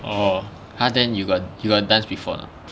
orh !huh! then you got you got dance before or not